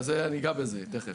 אני אגע בזה תכף.